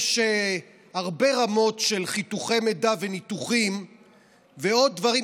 יש הרבה רמות של חיתוכי מידע וניתוחים ועוד דברים,